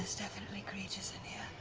so definitely creatures in here.